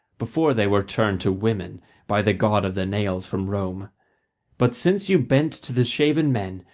before they were turned to women by the god of the nails from rome but since you bent to the shaven men,